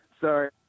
sorry